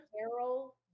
Carol